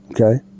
Okay